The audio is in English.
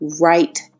right